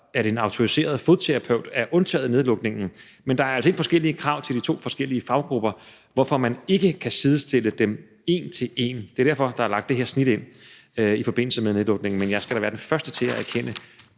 at en autoriseret fodterapeut er undtaget fra nedlukningen, men der er altså helt forskellige krav til de to forskellige faggrupper, hvorfor man ikke kan sidestille dem en til en. Det er derfor, der er lagt det her snit ind i forbindelse med nedlukningen. Men jeg skal da være den første til at erkende